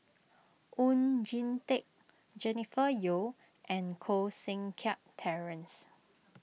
Oon Jin Teik Jennifer Yeo and Koh Seng Kiat Terence